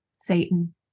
Satan